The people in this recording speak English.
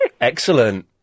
Excellent